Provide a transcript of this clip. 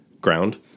ground